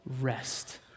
rest